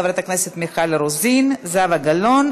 חברות הכנסת מיכל רוזין וזהבה גלאון,